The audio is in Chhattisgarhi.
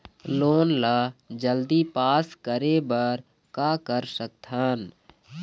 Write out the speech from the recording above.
लोन ला जल्दी पास करे बर का कर सकथन?